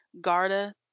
Garda